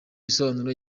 bisobanuro